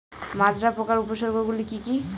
মাজরা পোকার উপসর্গগুলি কি কি?